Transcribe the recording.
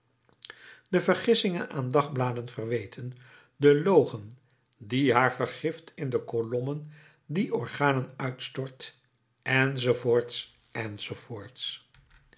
de vergissingen aan de dagbladen verweten de logen die haar vergift in de kolommen dier organen uitstort